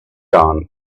dawn